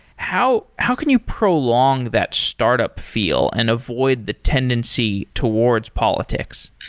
how how can you prolong that startup feel and avoid the tendency towards politics?